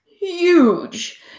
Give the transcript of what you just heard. huge